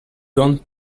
gone